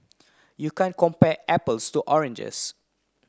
you can't compare apples to oranges